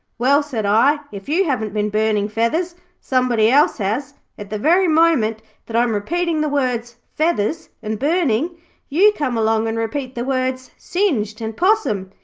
well, said i, if you haven't been burning feathers, somebody else has. at the very moment that i'm repeating the words feathers and burning you come along and repeat the words singed and possum.